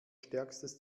stärkstes